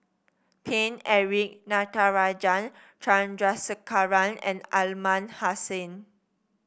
Paine Eric Natarajan Chandrasekaran and Aliman Hassan